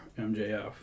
MJF